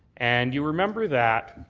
and you remember that